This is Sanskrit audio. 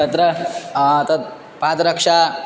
तत्र तत् पादरक्षा